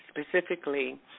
specifically